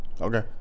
Okay